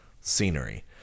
scenery